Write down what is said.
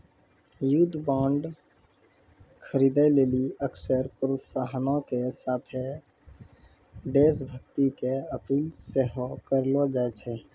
युद्ध बांड खरीदे लेली अक्सर प्रोत्साहनो के साथे देश भक्ति के अपील सेहो करलो जाय छै